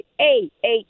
A-H